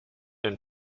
and